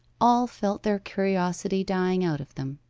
all felt their curiosity dying out of them.